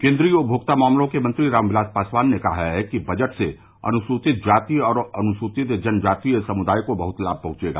केंद्रीय उपभोक्ता मामलों के मंत्री राम विलास पासवान ने कहा है कि बजट से अनुसूचित जाति और अनुसूचित जनजातीय समुदाय को बहुत लाभ पहुंचेगा